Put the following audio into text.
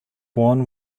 born